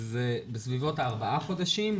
זה בסביבות הארבעה חודשים,